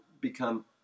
become